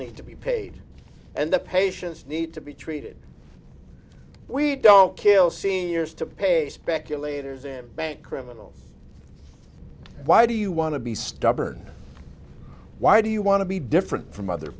need to be paid and the patients need to be treated we don't kill seniors to pay speculators and bank criminals why do you want to be stubborn why do you want to be different from other